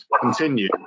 continue